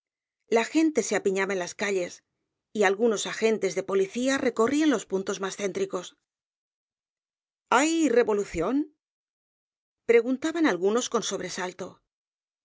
la gente se apiñaba en las calles y algunos agentes de policía recorrían los puntos más céntricos hay revolución preguntaban algunos con sobresalto